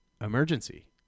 emergency